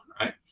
right